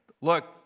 Look